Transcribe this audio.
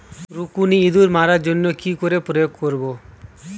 রুকুনি ইঁদুর মারার জন্য কি করে প্রয়োগ করব?